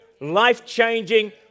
life-changing